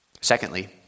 Secondly